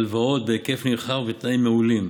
הלוואות בהיקף נרחב ובתנאים מעולים,